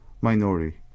minority